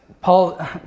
Paul